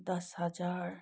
दस हजार